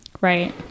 Right